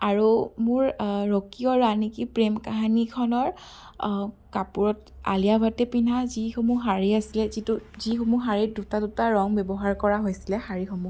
আৰু মোৰ ৰকী অৰ ৰাণী কি প্ৰেম কাহানীখনৰ কাপোৰত আলিয়া ভট্টে পিন্ধা যিসমূহ শাৰী আছিলে যিটো যিসমূহ শাৰীত দুটা দুটা ৰং ব্যৱহাৰ কৰা হৈছিলে শাৰীসমূহত